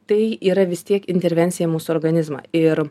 tai yra vis tiek intervencija į mūsų organizmą ir